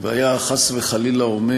והיה חס וחלילה אומר,